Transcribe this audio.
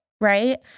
right